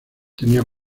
tenía